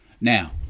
Now